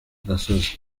gasozi